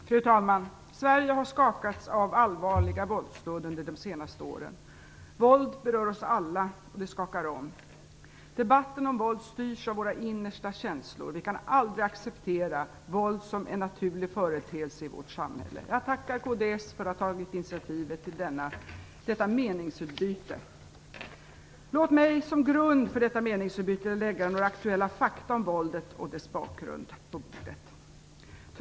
Fru talman! Sverige har skakats av allvarliga våldsdåd under de senaste åren. Våld berör oss alla, och det skakar om. Debatten om våld styrs av våra innersta känslor. Vi kan aldrig acceptera våld som en naturlig företeelse i vårt samhälle. Jag tackar kds för att ha tagit initiativet till detta meningsutbyte. Låt mig som grund för detta meningsutbyte lägga några aktuella fakta om våldet och dess bakgrund på bordet.